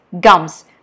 gums